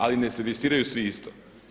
Ali ne servisiraju svi isto.